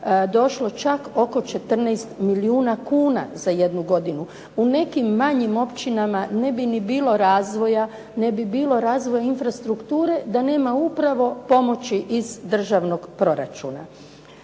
došlo čak oko 14 milijuna kuna za jednu godinu. U nekim manjim općinama ne bi ni bilo razvoja, ne bi bilo razvoja infrastrukture da nema upravo pomoći iz državnog proračuna.